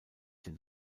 den